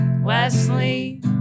Wesley